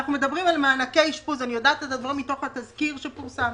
אנחנו מדברים על מענקי אשפוז אני יודעת את הדברים מתוך התזכיר שפורסם